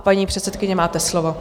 Paní předsedkyně, máte slovo.